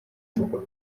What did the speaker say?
juba